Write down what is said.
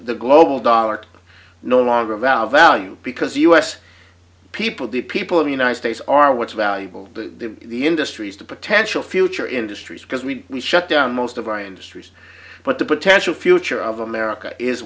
the global dollar no longer valid value because u s people the people of the united states are what's valuable to the industries to potential future industries because we we shut down most of our industries but the potential future of america is